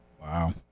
wow